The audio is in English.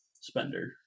spender